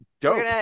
Dope